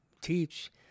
teach